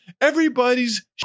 everybody's